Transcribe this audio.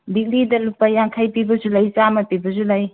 ꯂꯤꯛꯂꯤꯗ ꯂꯨꯄꯥ ꯌꯥꯡꯈꯩ ꯄꯤꯕꯁꯨ ꯂꯩ ꯆꯥꯝꯃ ꯄꯤꯕꯁꯨ ꯂꯩ